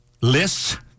lists